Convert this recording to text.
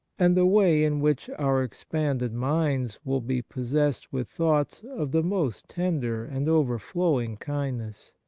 and the way in which our expanded minds will be pos sessed with thoughts of the most tender and overflowing kindness.